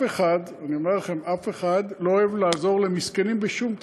אני אומר לכם: אף אחד לא אוהב לעזור למסכנים בשום תחום.